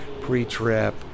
pre-trip